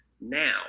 now